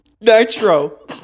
Nitro